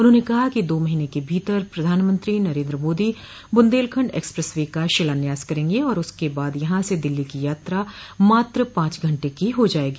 उन्होंने कहा कि दो महीने के भीतर प्रधानमंत्री नरेन्द्र मोदी बुन्देलखंड एक्सप्रेस वे का शिलान्यास करेंगे और उसके बाद यहां से दिल्ली की यात्रा मात्र पांच घंटे की हो जायेगी